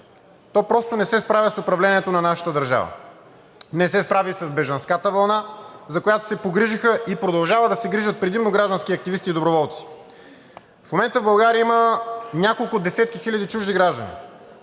то просто не се справя с управлението на нашата държава – не се справи с бежанската вълна, за която се погрижиха и продължават да се грижат предимно граждански активисти и доброволци. В момента в България има няколко десетки хиляди чужди граждани.